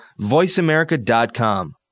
voiceamerica.com